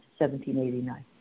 1789